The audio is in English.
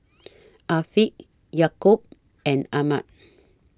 Afiq Yaakob and Ahmad